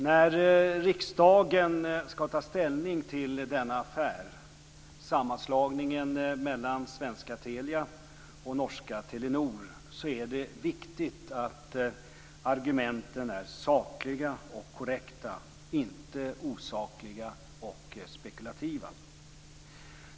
När riksdagen skall ta ställning till denna affär, sammanslagningen mellan svenska Telia och norska Telenor, är det viktigt att argumenten är sakliga och korrekta, inte osakliga och spekulativa.